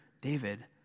David